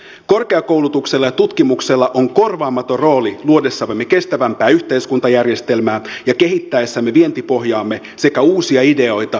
korkeakoulutuksella ja tutkimuksella on korvaamaton rooli luodessamme kestävämpää yhteiskuntajärjestelmää ja kehittäessämme vientipohjaamme sekä uusia ideoita yrityksiä ja työtä